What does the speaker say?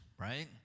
Right